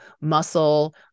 muscle